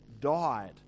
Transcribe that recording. died